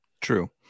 True